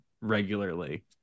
regularly